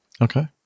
Okay